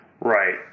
Right